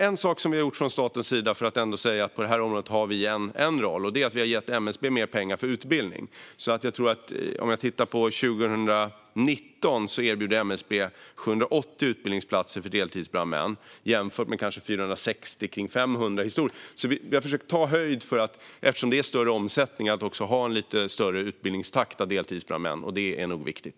En sak som vi har gjort från statens sida för att ändå säga att vi har en roll på området är att vi har gett MSB mer pengar för utbildning. Om jag tittar på 2019 erbjuder MSB 780 utbildningsplatser för deltidsbrandmän jämfört med kanske 460 eller kring 500 historiskt. Eftersom det är större omsättning har vi försökt ta höjd för det genom att försöka ha en lite större utbildningstakt av deltidsbrandmän. Det är nog viktigt.